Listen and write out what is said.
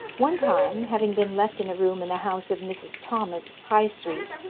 one time, having been left in a room in the house of mrs. thomas, high street,